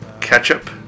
ketchup